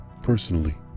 personally